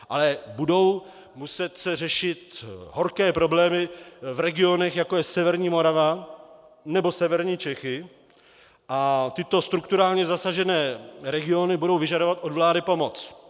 Ale budou se muset řešit horké problémy v regionech, jako je severní Morava nebo severní Čechy, a tyto strukturálně zasažené regiony budou vyžadovat od vlády pomoc.